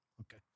okay